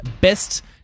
best